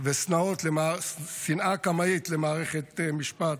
ושנאה קמאית למערכת משפט,